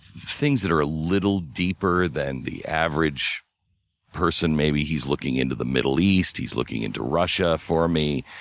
things that are a little deeper than the average person. maybe he's looking into the middle east, he's looking into russia for me.